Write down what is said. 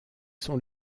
sont